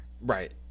Right